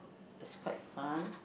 it's quite fun